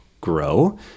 grow